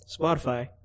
Spotify